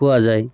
পোৱা যায়